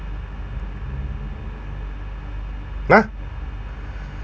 !huh!